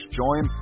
join